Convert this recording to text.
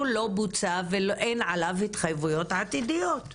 לא בוצע ואין עליו התחייבויות עתידיות.